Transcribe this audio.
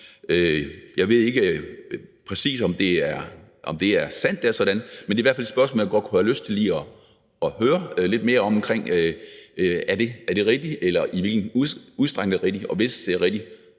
Jeg ved ikke præcis, om det er sandt, at det er sådan, men det er i hvert fald et spørgsmål, jeg godt kunne have lyst til lige at høre lidt mere om. I hvilken udstrækning er det rigtigt, og hvis det er rigtigt,